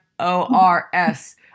O-R-S